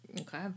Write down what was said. Okay